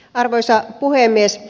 arvoisa puhemies